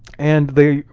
and they,